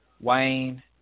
Wayne